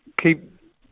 keep